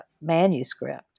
manuscript